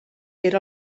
era